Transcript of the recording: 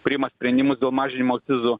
priima sprendimus dėl mažinimo akcizų